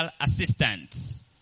assistance